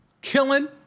Killing